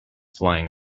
flying